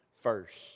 first